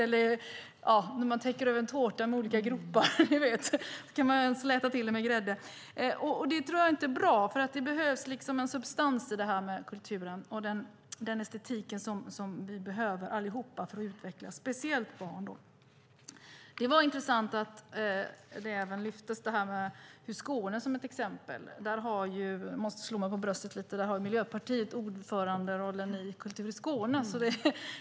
Ni vet, när man har en tårta med olika gropar kan man släta ut den med grädde. Det tror jag inte är bra, för det behövs en substans i det här med kulturen och den estetik som vi behöver allihop för att utvecklas, speciellt barn. Det var intressant att Skåne lyftes som ett exempel. Jag måste slå mig för bröstet lite. Där har Miljöpartiet ordföranderollen i Kultur Skåne.